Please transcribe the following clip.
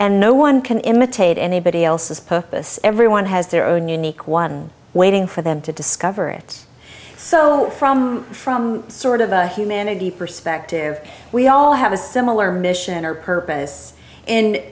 and no one can imitate anybody else's purpose everyone has their own unique one waiting for them to discover it so from from sort of a humanity perspective we all have a similar mission or purpose